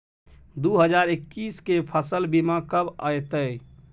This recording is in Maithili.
दु हजार एक्कीस के फसल बीमा कब अयतै?